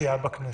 סיעה בכנסת,